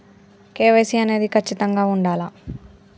KYC అనేది ఖచ్చితంగా ఉండాలా?